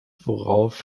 worauf